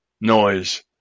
noise